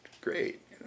great